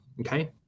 okay